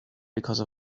because